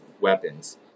weapons